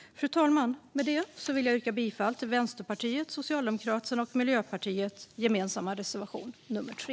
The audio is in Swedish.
Fru talman! Jag yrkar bifall till Vänsterpartiets, Socialdemokraternas och Miljöpartiets gemensamma reservation nummer 3.